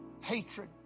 Hatred